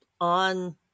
on